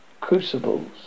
crucibles